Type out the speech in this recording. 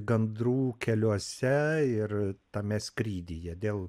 gandrų keliuose ir tame skrydyje dėl